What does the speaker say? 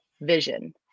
vision